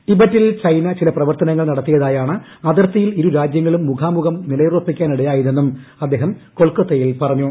ടിബറ്റിൽ ചൈനയിലെ ചില വികസന പ്രവർത്തനങ്ങൾ നടത്തിയതാണ് അതിർത്തിയിൽ ഇരുരാജൃങ്ങളും മുഖാമുഖം നിലയുറപ്പിക്കാനിടയായ തെന്നും അദ്ദേഹം കൊൽക്കത്തയിൽ പറഞ്ഞു